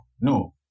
no